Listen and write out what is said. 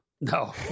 no